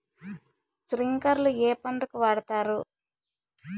స్ప్రింక్లర్లు ఏ పంటలకు వాడుతారు?